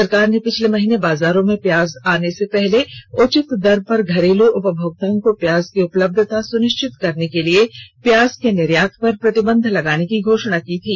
सरकार ने पिछले महीने बाजारों में प्याज आने से पहले उचित दर पर घरेलू उपभोक्ताओं को प्याज की उपलब्धता सुनिश्चित करने के लिए प्याज के निर्यात पर प्रतिबंध लगाने की घोषणा की थी